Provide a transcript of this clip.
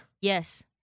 Yes